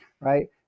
right